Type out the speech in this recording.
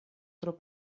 tro